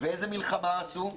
איזו מלחמה עשו?